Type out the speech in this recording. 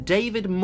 David